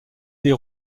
des